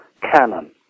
canon